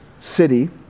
city